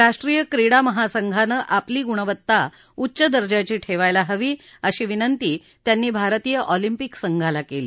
राष्ट्रीय क्रीडा महासंघानं आपली गुणवत्ता उच्च दर्जाची ठेवायला हवी अशी विनंती त्यांनी भारतीय ऑलम्पिक संघाला केली